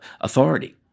authority